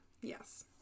Yes